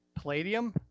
Palladium